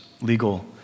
legal